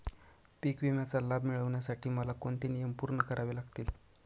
पीक विम्याचा लाभ मिळण्यासाठी मला कोणते नियम पूर्ण करावे लागतील?